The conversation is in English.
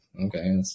okay